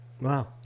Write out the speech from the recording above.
Wow